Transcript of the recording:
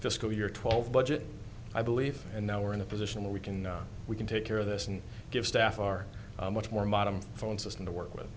fiscal year twelve budget i believe and now we're in a position where we can we can take care of this and give staff are much more modern phone system to work with